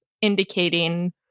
indicating